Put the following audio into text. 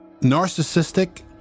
Narcissistic